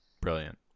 brilliant